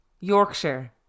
Yorkshire